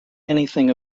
anything